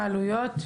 מה העלויות?